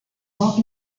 walked